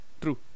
True